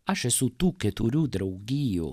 aš esu tų keturių draugijų